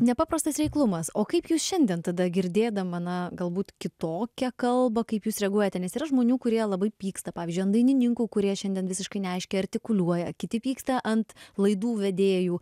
nepaprastas reiklumas o kaip jūs šiandien tada girdėdama na galbūt kitokią kalbą kaip jūs reaguojate nes yra žmonių kurie labai pyksta pavyzdžiui ant dainininkų kurie šiandien visiškai neaiškiai artikuliuoja kiti pyksta ant laidų vedėjų